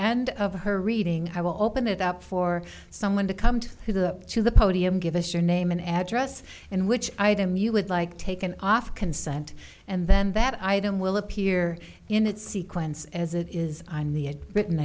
end of her reading how open it up for someone to come to the to the podium give us your name and address and which item you would like taken off consent and then that item will appear in that sequence as it is on the written